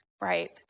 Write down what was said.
right